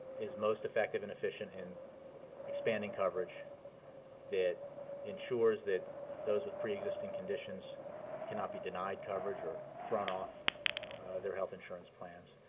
is most effective and efficient in expanding coverage that ensures that those with preexisting conditions cannot be denied coverage or thrown off their health insurance plans,